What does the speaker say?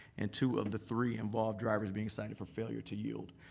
and two of the three involved drivers being cited for failure to yield.